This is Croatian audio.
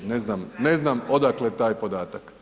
Ne znam, ne znam odakle taj podatak.